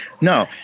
no